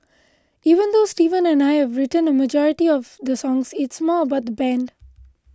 even though Steven and I have written a majority of the songs it's more about the band